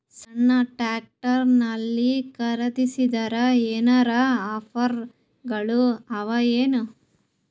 ಸಣ್ಣ ಟ್ರ್ಯಾಕ್ಟರ್ನಲ್ಲಿನ ಖರದಿಸಿದರ ಏನರ ಆಫರ್ ಗಳು ಅವಾಯೇನು?